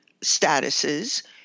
statuses